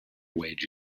wage